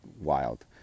wild